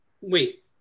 wait